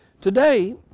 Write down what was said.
Today